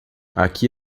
aqui